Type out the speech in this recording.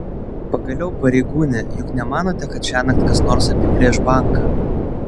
pagaliau pareigūne juk nemanote kad šiąnakt kas nors apiplėš banką